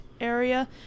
area